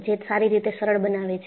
જે સારી રીતે સરળ બનાવે છે